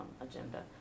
agenda